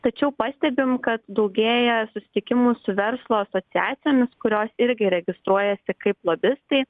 tačiau pastebim kad daugėja susitikimų su verslo asociacijomis kurios irgi registruojasi kaip lobistai